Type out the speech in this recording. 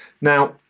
Now